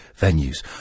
venues